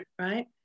right